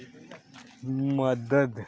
मदद